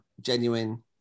genuine